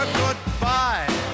goodbye